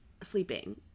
Sleeping